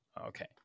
Okay